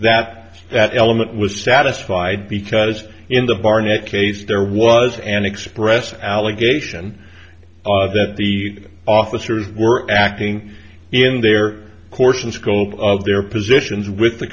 that that element was satisfied because in the barnett case there was an express allegation that the officers were acting in their course and scope of their positions with the